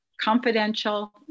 confidential